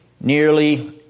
Nearly